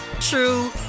true